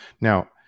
Now